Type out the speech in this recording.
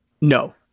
No